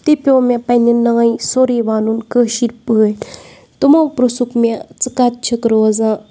تہِ پیوٚو مےٚ پنٛنہِ نانہِ سورُے وَنُن کٲشِر پٲٹھۍ تِمو پِرٛژھُکھ مےٚ ژٕ کَتہِ چھِکھ روزان